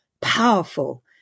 powerful